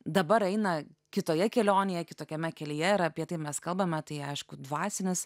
dabar eina kitoje kelionėje kitokiame kelyje ir apie tai mes kalbame tai aišku dvasinis